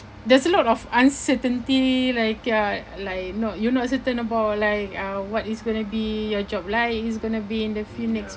there's a lot of uncertainty like uh like no you're not certain about like uh what is gonna be your job like it's gonna be in the few next